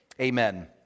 amen